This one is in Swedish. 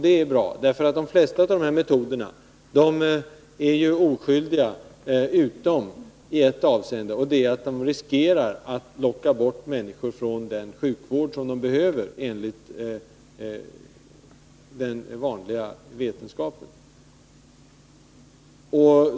Det är bra. De flesta av de här metoderna är ju oskyldiga, utom i ett avseende, nämligen att det finns risk för att de lockar bort människor från den sjukvård som de behöver enligt den vanliga vetenskapen.